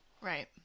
Right